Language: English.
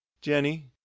Jenny